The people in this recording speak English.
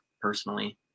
personally